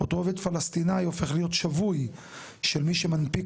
אותו עובד פלסטיני הופך להיות שבוי של מי שמנפיק